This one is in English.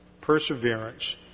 Perseverance